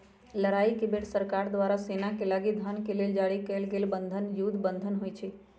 लड़ाई के बेर सरकार द्वारा सेनाके लागी धन के लेल जारी कएल गेल बन्धन युद्ध बन्धन होइ छइ